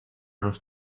los